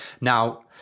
Now